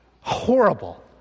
Horrible